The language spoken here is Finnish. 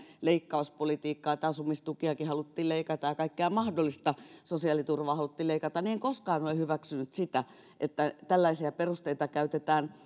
leikkauspolitiikkaa että asumistukeakin haluttiin leikata ja kaikkea mahdollista sosiaaliturvaa haluttiin leikata enkä koskaan ole ole hyväksynyt sitä että tällaisia perusteita käytetään